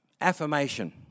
Affirmation